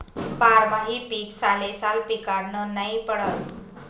बारमाही पीक सालेसाल पिकाडनं नै पडस